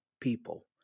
people